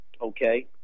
okay